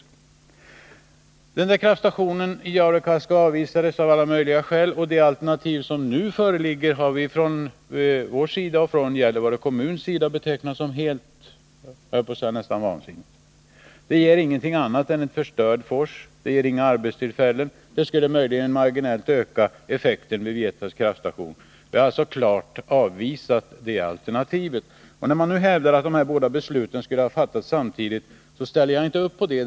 Förslaget om kraftstationen i Jaurekaska avvisades av alla möjliga skäl. Det alternativ som nu föreligger har vi och Gällivare kommun betecknat som nästan vansinnigt. Det ger ingenting annat än en förstörd fors. Det ger inga arbetstillfällen. Det skulle möjligen marginellt öka effekten vid Vietas kraftstation. Vi har alltså klart avvisat det alternativet. När man nu hävdar att de båda besluten skulle ha fattats samtidigt, så ställer jag inte upp bakom det.